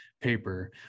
paper